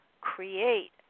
create